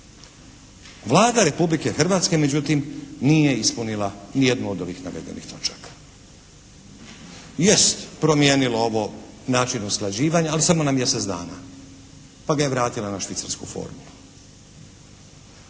Vlada Republike Hrvatske međutim nije ispunila nijednu od ovih navedenih točaka. Jest promijenila način usklađivanja samo na mjesec dana pa ga je vratila na …/Govornik